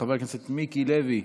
חבר הכנסת מיקי לוי,